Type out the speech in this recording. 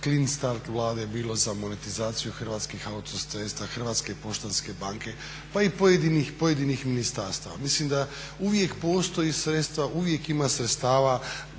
Clean Start Vlade, bilo za monetizaciju Hrvatskih autocesta, Hrvatske poštanske banke, pa i pojedinih ministarstava. Mislim da je uvijek postoje sredstva uvijek ima sredstava